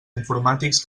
informàtics